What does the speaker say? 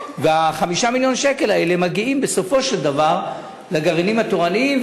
ו-5 מיליון השקל האלה מגיעים בסופו של דבר לגרעינים התורניים.